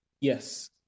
Yes